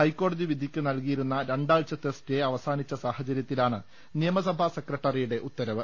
ഹൈക്കോടതി വിധിയ്ക്ക് നല്കിയിരുന്ന രണ്ടാഴ്ചത്തെ സ്റ്റേ അവസാനിച്ച സാഹ ചര്യത്തിലാണ് നിയമസഭാ സെക്രട്ടറിയുടെ ഉത്തരവ്